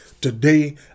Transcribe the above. today